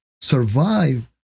survive